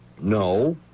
no